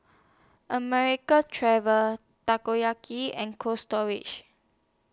American Traveller Toyoki and Cold Storage